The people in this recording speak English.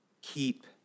keep